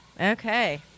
Okay